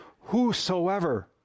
whosoever